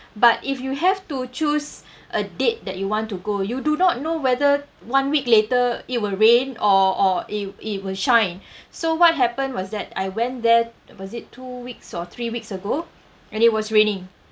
but if you have to choose a date that you want to go you do not know whether one week later it will rain or or it it will shine so what happened was that I went there was it two weeks or three weeks ago and it was raining